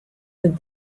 with